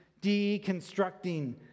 deconstructing